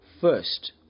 first